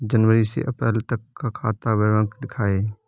जनवरी से अप्रैल तक का खाता विवरण दिखाए?